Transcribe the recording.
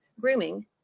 grooming